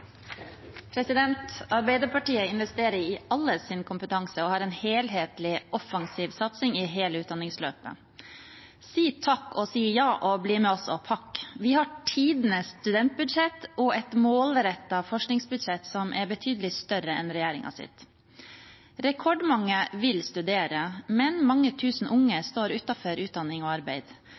har en helhetlig og offensiv satsing i hele utdanningsløpet. «Si takk og si ja, og bli med oss og pakk!» Vi har tidenes studentbudsjett og et målrettet forskningsbudsjett som er betydelig større enn regjeringens. Rekordmange vil studere, men mange tusen unge står utenfor utdanning og arbeid.